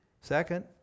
Second